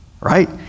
Right